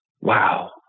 wow